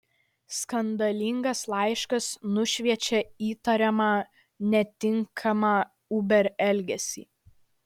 skandalingas laiškas nušviečia įtariamą netinkamą uber elgesį